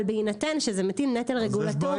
אבל בהינתן שזה מטיל נטל רגולטורי גבוה.